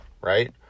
right